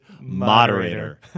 moderator